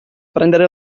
prendere